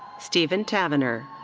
steven tavenner.